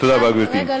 תודה רבה, גברתי.